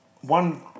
one